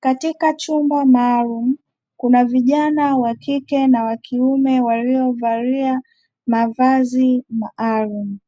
Katika chumba maalumu kuna vijana wakike na wakiume waliovalia mavazi maalumu,